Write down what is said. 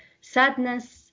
sadness